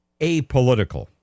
apolitical